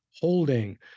holding